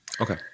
Okay